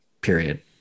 period